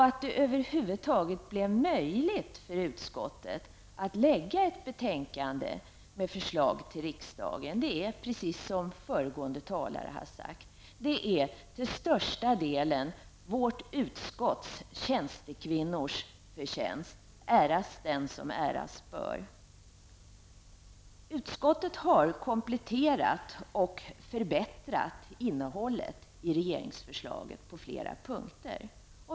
Att det över huvud taget blev möjligt för utskottet att lägga fram ett betänkande med förslag till riksdagen är till största delen, som också föregående talare sade, vårt utskotts tjänstekvinnors förtjänst. Äras den som äras bör. Utskottet har kompletterat och förbättrat innehållet i regeringsförslaget på flera punkter.